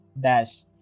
dash